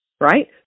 right